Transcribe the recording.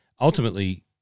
Ultimately